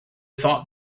thought